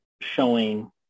showing